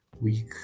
week